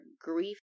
grief